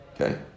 Okay